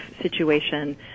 situation